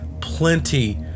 plenty